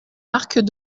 marc